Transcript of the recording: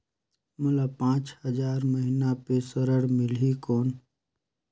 मोला पांच हजार महीना पे ऋण मिलही कौन?